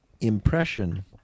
impression